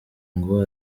ngo